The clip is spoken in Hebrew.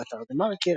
באתר TheMarker,